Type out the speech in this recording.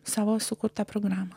savo sukurtą programą